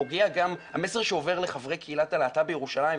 המסר שעובר לחברי קהילת הלהט"ב בירושלים,